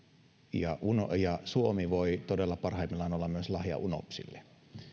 ja ja suomi voi todella parhaimmillaan olla myös lahja unopsille